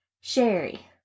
Sherry